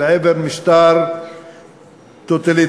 אל עבר משטר טוטליטרי,